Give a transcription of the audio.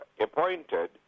appointed